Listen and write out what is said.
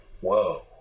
whoa